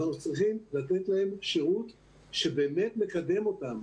אנחנו צריכים לתת להם שירות שבאמת מקדם אותם.